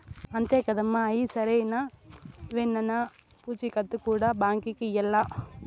అంతే కాదమ్మ, అయ్యి సరైనవేనన్న పూచీకత్తు కూడా బాంకీకి ఇయ్యాల్ల